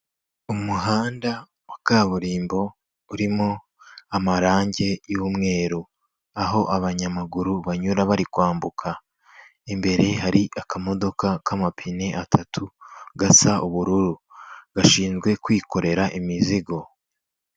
Umuhanda wa kaburimbo urimo amarangi y'umweru, aho abanyamaguru banyura bari kwambuka, imbere hari akamodoka k'amapine atatu gasa ubururu, gashinzwe kwikorera imizigo.